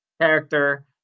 character